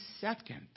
second